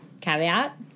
Caveat